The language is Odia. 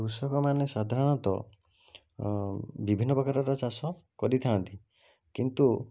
କୃଷକମାନେ ସାଧାରଣତଃ ବିଭିନ୍ନ ପ୍ରକାରର ଚାଷ କରିଥାନ୍ତି କିନ୍ତୁ